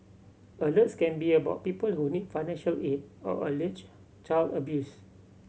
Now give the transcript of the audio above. alerts can be about people who need financial aid or alleged child abuse